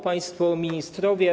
Państwo Ministrowie!